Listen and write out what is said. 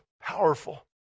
powerful